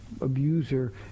abuser